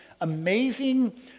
amazing